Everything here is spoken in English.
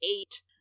eight